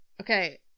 Okay